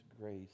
grace